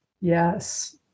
Yes